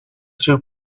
two